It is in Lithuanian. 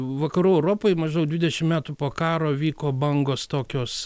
vakarų europoj maždaug dvidešim metų po karo vyko bangos tokios